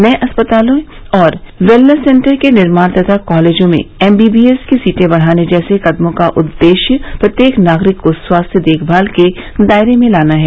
नए अस्पतालों और वेलनेस सेंटर के निर्माण तथा कॉलेजों में एमबीबीएस की सीटें बढ़ाने जैसे कदमों का उद्देश्य प्रत्येक नागरिक को स्वास्थ्य देखभाल के दायरे में लाना है